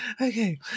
Okay